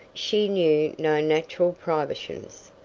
she knew no natural privations.